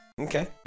Okay